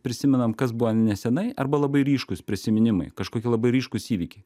prisimenam kas buvo nesenai arba labai ryškūs prisiminimai kažkokie labai ryškūs įvykiai